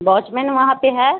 باچ مین وہاں پہ ہے